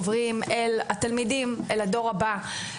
עוברת אל התלמידים; אל הדור הבא.